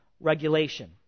regulation